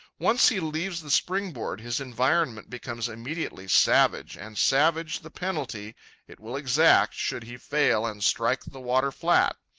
once he leaves the springboard his environment becomes immediately savage, and savage the penalty it will exact should he fail and strike the water flat.